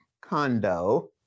condo